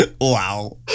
Wow